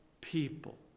people